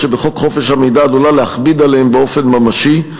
שבחוק חופש המידע עלולה להכביד עליהם באופן ממשי,